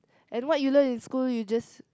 and what you learn in school you just